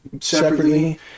separately